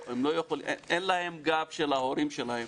אין להם גב של ההורים שלהם.